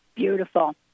Beautiful